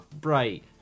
Bright